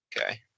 Okay